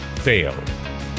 fail